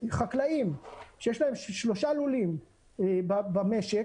חקלאים שיש להם שלושה לולים במשק,